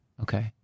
Okay